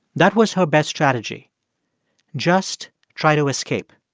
that was her best strategy just try to escape.